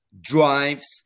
drives